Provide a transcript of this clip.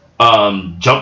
Jump